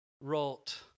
wrote